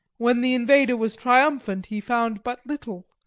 when the invader was triumphant he found but little,